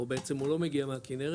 או בעצם הוא לא מגיע מהכנרת,